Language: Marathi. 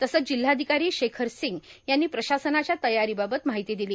तसंच जिल्हाधिकारी शेखर सिंग यांनी प्रशासनाच्या तयारीबाबत माहिती दिली